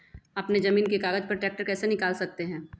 अपने जमीन के कागज पर ट्रैक्टर कैसे निकाल सकते है?